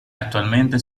attualmente